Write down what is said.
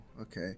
okay